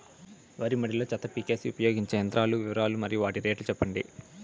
వరి మడి లో చెత్త పీకేకి ఉపయోగించే యంత్రాల వివరాలు మరియు వాటి రేట్లు చెప్పండి?